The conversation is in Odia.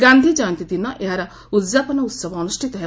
ଗାନ୍ଧିଜୟନ୍ତୀ ଦିନ ଏହାର ଉଦ୍ଯାପନ ଉତ୍ସବ ଅନୁଷ୍ଠିତ ହେବ